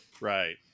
Right